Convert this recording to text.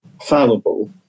fallible